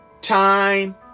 time